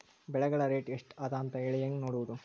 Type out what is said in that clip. ಬೆಳೆಗಳ ರೇಟ್ ಎಷ್ಟ ಅದ ಅಂತ ಹೇಳಿ ಹೆಂಗ್ ನೋಡುವುದು?